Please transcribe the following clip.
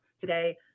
today